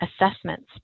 assessments